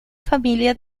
familia